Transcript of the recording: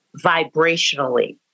vibrationally